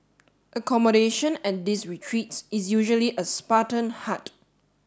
accommodation at these retreats is usually a Spartan hut